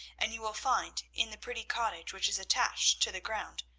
and you will find, in the pretty cottage which is attached to the ground,